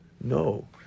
No